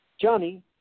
Johnny